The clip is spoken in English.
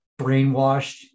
brainwashed